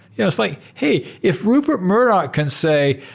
it was like, hey, if rupert murdoch can say,